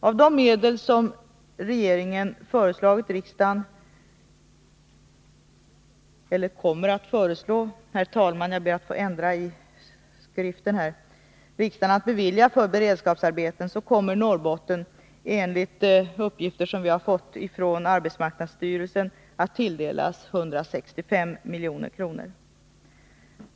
Av de medel som regeringen kommer att föreslå riksdagen att bevilja för beredskapsarbeten kommer Norrbotten enligt uppgifter som vi har fått från arbetsmarknadsstyrelsen att tilldelas 165 milj.kr.